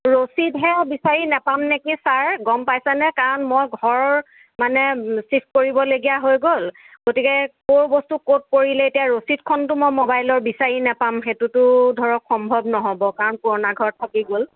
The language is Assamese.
ৰচিদ সেইয়া বিছাৰি নাপাম নেকি ছাৰ গম পাইছেনে কাৰণ মই ঘৰ মানে চিফ্ট কৰিবলগীয়া হৈ গ'ল গতিকে কৰ বস্তু ক'ত পৰিলে এতিয়া ৰচিদখনটো মই মোবাইলৰ বিচাৰি নাপাম সেইটোতো ধৰক সম্ভৱ নহব কাৰণ পুৰণা ঘৰত থাকি গ'ল